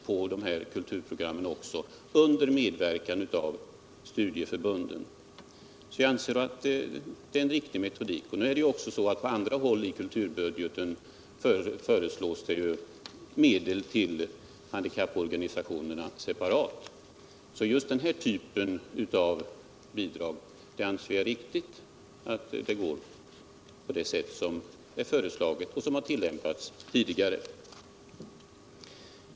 Jag anser alltså att den av utskottsmajoriteten föreslagna metodiken är riktig. Också på andra håll i kulturbudgeten föreslås att medel till handikapporganisationerna skall utgå separat. Jag anser att det är motiverat att denna typ av bidrag lämnas på samma sätt som tidigare.